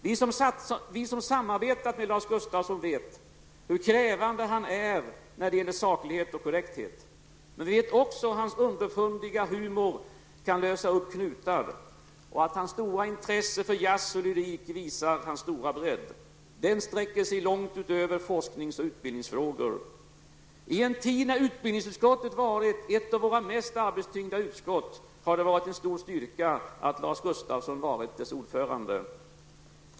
Vi som samarbetat med Lars Gustafsson vet hur krävande han är när det gäller saklighet och korrekthet. Men vi vet också att hans underfundiga humor kan lösa upp knutar och att hans stora intresse för jazz och lyrik visar hans stora bredd. Den sträcker sig långt utöver forsknings och utbildningsfrågor. I en tid när utbildningsutskottet varit ett av våra mest arbetstyngda utskott har det varit en stor styrka att Lars Gustafsson varit dess ordförande.